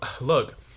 Look